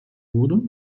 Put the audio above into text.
wurde